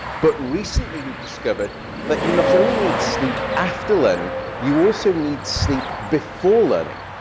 but recently, we've discovered that you not only need sleep after learning, you also need sleep before learning,